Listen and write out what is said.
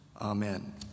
amen